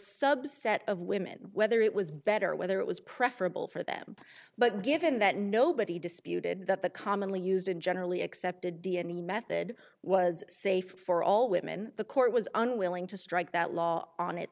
subset of women whether it was better whether it was preferable for them but given that nobody disputed that the commonly used and generally accepted d n e method was safe for all women the court was unwilling to strike that law on it